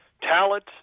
talent